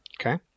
Okay